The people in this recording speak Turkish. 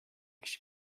kişi